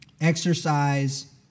exercise